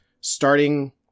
starting